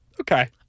okay